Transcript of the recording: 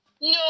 no